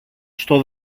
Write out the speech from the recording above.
στο